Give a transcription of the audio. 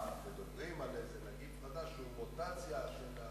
מדברים על איזה נגיף חדש שהוא מוטציה של הנגיף,